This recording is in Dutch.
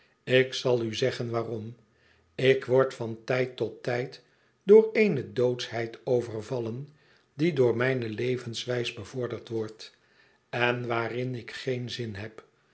ik zal u zeggen waarom ik word van tijd tot tijd door eene doodschheid overvallen die door mijne levenswijs bevorderd wordt en waarin ik geen zin heb